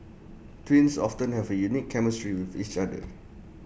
twins often have A unique chemistry with each other